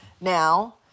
now